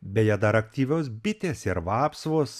beje dar aktyvios bitės ir vapsvos